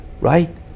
right